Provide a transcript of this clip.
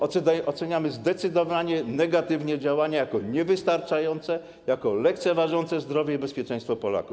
Oceniamy zdecydowanie negatywnie działania jako niewystarczające, jako lekceważące zdrowie i bezpieczeństwo Polaków.